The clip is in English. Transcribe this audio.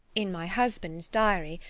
in my husband's diary,